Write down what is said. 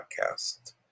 podcast